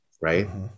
Right